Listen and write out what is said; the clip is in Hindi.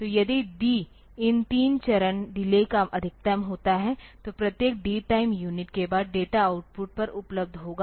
तो यदि D इन 3 चरण डिले का अधिकतम होता है तो प्रत्येक D टाइम यूनिट के बाद डेटा आउटपुट पर उपलब्ध होगा